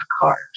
cars